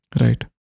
Right